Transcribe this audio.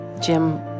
Jim